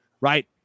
Right